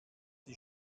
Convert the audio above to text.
die